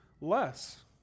less